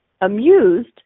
amused